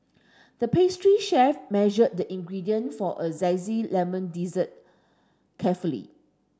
the pastry chef measured the ingredient for a zesty lemon dessert carefully